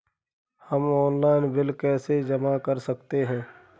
हम online bill कैसे जमा कर सकते हैं?